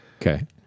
okay